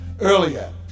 earlier